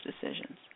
decisions